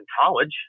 college